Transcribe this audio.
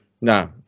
no